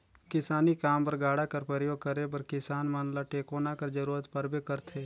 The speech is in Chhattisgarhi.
किसानी काम बर गाड़ा कर परियोग करे बर किसान मन ल टेकोना कर जरूरत परबे करथे